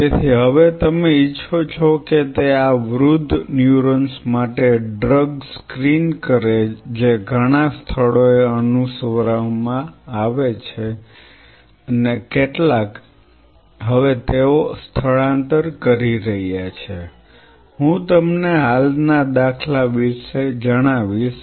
તેથી હવે તમે ઇચ્છો છો કે તે આ વૃદ્ધ ન્યુરોન્સ માટે ડ્રગ સ્ક્રીન કરે જે ઘણા સ્થળોએ અનુસરવામાં આવે છે અને કેટલાક હવે તેઓ સ્થળાંતર કરી રહ્યા છે હું તમને હાલના દાખલા વિશે જણાવીશ